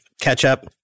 catch-up